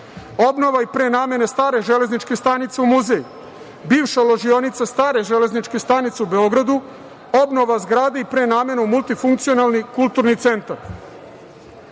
obnova i prenamena stare železničke stanice u muzej, bivša ložionica stare železničke stanice u Beogradu, obnova zgrade i prenamena u multifunkcionalni kulturni centar. Dame